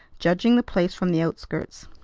judging the place from the outskirts.